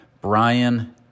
Brian